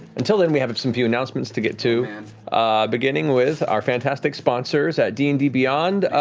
until then, we have some few announcements to get to beginning with our fantastic sponsors at d and d beyond.